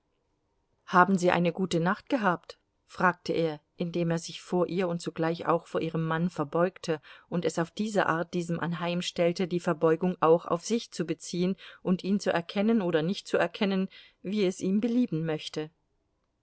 haben sie eine gute nacht gehabt fragte er indem er sich vor ihr und zugleich auch vor ihrem mann verbeugte und es auf diese art diesem anheimstellte die verbeugung auch auf sich zu beziehen und ihn zu erkennen oder nicht zu erkennen wie es ihm belieben möchte